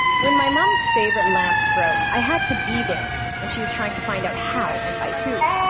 when my mom's favorite lamp broke, i had to be there when she was trying to find out how and by who,